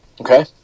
Okay